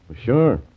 Sure